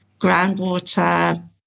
groundwater